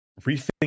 rethink